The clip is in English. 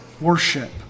worship